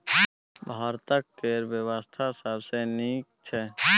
भारतक कर बेबस्था सबसँ नीक छै